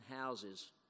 houses